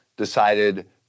decided